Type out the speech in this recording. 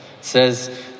says